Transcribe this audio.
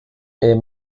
est